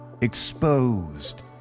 exposed